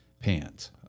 pants